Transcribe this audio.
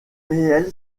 réel